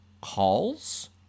calls